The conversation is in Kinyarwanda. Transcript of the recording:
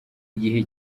igihe